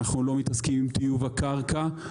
אנחנו לא מתעסקים עם טיוב הקרקע,